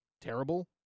terrible